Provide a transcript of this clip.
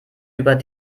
über